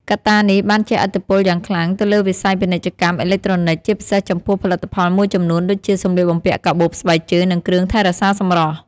កត្តានេះបានជះឥទ្ធិពលយ៉ាងខ្លាំងទៅលើវិស័យពាណិជ្ជកម្មអេឡិចត្រូនិច ជាពិសេសចំពោះផលិតផលមួយចំនួនដូចជា សម្លៀកបំពាក់ កាបូប ស្បែកជើង និងគ្រឿងថែរក្សាសម្រស់។